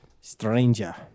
Stranger